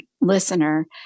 listener